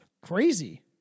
crazy